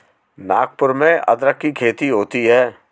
नागपुर में अदरक की खेती होती है